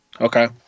Okay